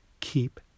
Keep